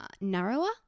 narrower